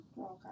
Okay